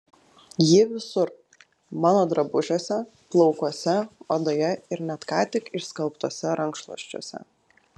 ji visur mano drabužiuose plaukuose odoje ir net ką tik išskalbtuose rankšluosčiuose